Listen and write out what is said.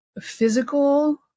physical